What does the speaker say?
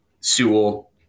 Sewell